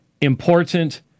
important